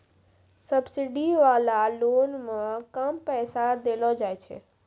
subsidy वाला loan मे कम पैसा देलो जाय छै